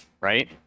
right